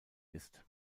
ist